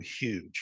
huge